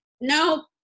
no